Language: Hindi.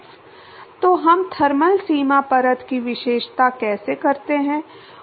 तो हम थर्मल सीमा परत की विशेषता कैसे करते हैं